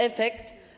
Efekt?